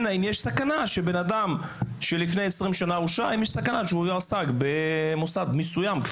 יש סכנה שבן אדם שלפני 20 שנה הורשע יועסק במוסד מסוים.